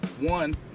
one